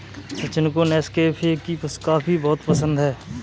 सचिन को नेस्कैफे की कॉफी बहुत पसंद है